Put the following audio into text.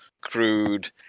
crude